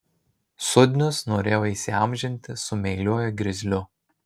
sudnius norėjo įsiamžinti su meiliuoju grizliu